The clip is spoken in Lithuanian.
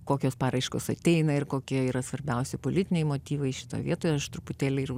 kokios paraiškos ateina ir kokie yra svarbiausi politiniai motyvai šitoj vietoj aš truputėlį ir